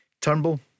Turnbull